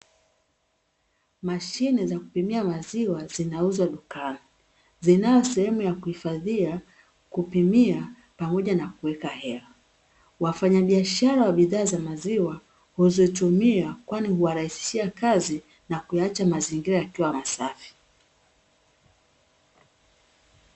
Mashine za kupimia maziwa zinauzwa dukani. Zinayo sehemu ya kuhifadhia, kupimia, pamoja na kuweka hela. Wafanyabiashara wa bidhaa za maziwa huzitumia kwani huwarahisishia kazi na kuya acha mazingira yakiwa safi.